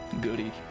Goody